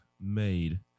made